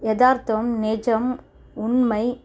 எதார்த்தம் நிஜம் உண்மை